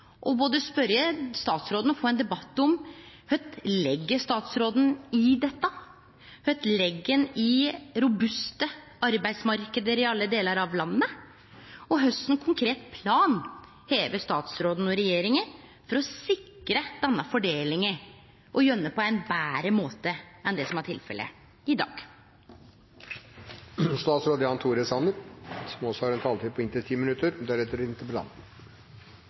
få ein debatt om kva statsråden legg i dette. Kva legg han «i robuste arbeidsmarknader i alle delar av landet», og kva konkret plan har statsråden og regjeringa for å sikre denne fordelinga og gjerne på ein betre måte enn det som er tilfellet i dag? Jeg vil takke interpellanten for at hun tar opp temaet distrikts- og regionalpolitikk med vekt på